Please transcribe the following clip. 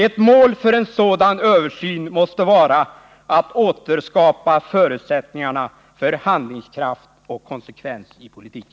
Ett mål för en sådan översyn måste vara att återskapa förutsättningarna för handlingskraft och konsekvens i politiken.